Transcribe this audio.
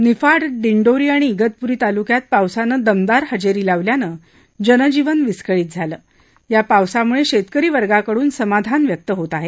निफाड दिडोंरी आणि अतपुरी तालुक्यात पावसानं दमदार हजेरी लावल्यानं जनजीवन विस्कळीत झालं या पावसामुळे शेतकरीवर्गाकडून समाधान व्यक्त होत आहे